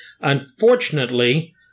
Unfortunately